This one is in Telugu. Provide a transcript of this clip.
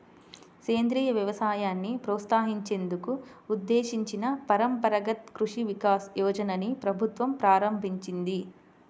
సేంద్రియ వ్యవసాయాన్ని ప్రోత్సహించేందుకు ఉద్దేశించిన పరంపరగత్ కృషి వికాస్ యోజనని ప్రభుత్వం ప్రారంభించింది